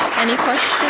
any questions?